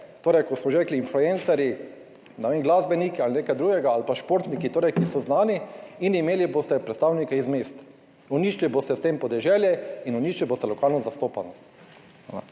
torej kot smo že rekli, influencerji, ne vem, glasbeniki ali nekaj drugega ali pa športniki torej, ki so znani. In imeli boste predstavnike iz mest, uničili boste s tem podeželje in uničili boste lokalno zastopanost.